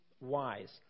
wise